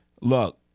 look